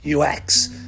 UX